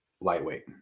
lightweight